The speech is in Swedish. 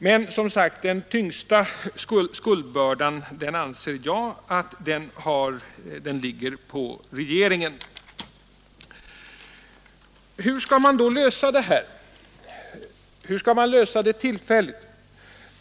Men jag anser, som sagt, att den tyngsta skuldbördan ligger på regeringen. Hur skall man då lösa det här problemet, åtminstone tillfälligt?